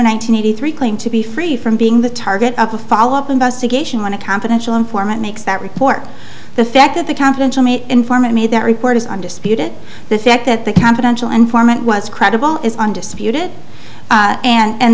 hundred eighty three claim to be free from being the target of a follow up investigation on a confidential informant makes that report the fact that the confidential made informant made that rick it is undisputed the fact that the confidential informant was credible is undisputed and